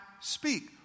speak